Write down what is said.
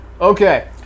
Okay